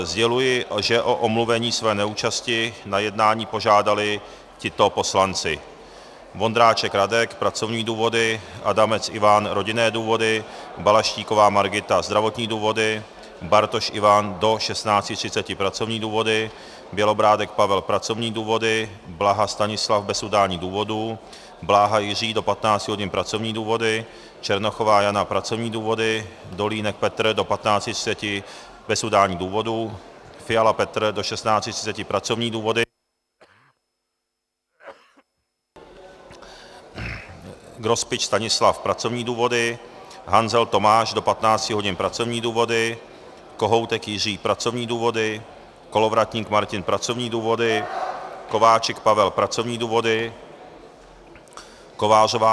Sděluji, že o omluvení své neúčasti na jednání požádali tito poslanci: Vondráček Radek pracovní důvody, Adamec Ivan rodinné důvody, Balaštíková Margita zdravotní důvody, Bartoš Ivan do 16.30 pracovní důvody, Bělobrádek Pavel pracovní důvody, Blaha Stanislav bez udání důvodu, Bláha Jiří do 15 hodin pracovní důvody, Černochová Jana pracovní důvody, Dolínek Petr do 15.30 bez udání důvodu, Fiala Petr do 16.30 pracovní důvody, Grospič Stanislav pracovní důvody, Hanzel Tomáš do 15 hodin pracovní důvody, Kohoutek Jiří pracovní důvody, Kolovratník Martin pracovní důvody, Kováčik Pavel pracovní důvody, Kovářová